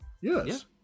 yes